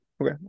Okay